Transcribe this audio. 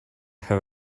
have